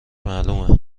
معلومه